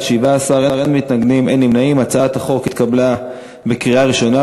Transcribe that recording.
ההצעה להעביר את הצעת חוק הנכים (תגמולים ושיקום) (תיקון מס' 28),